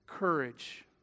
courage